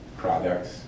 Products